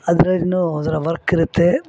ಅದ್ರಾಗೂ ಅದರ ವರ್ಕಿರುತ್ತೆ